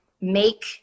make